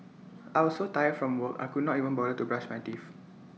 I was so tired from work I could not even bother to brush my teeth